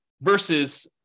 versus